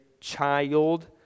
child